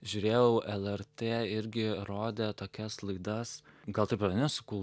žiūrėjau lrt irgi rodė tokias laidas gal taip ir vadinos kul